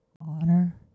honor